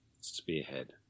spearhead